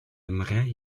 моря